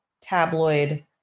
tabloid